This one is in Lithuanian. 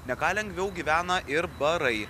ne ką lengviau gyvena ir barai